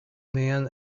man